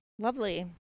Lovely